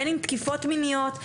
בין אם תקיפות מיניות,